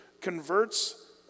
converts